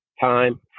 time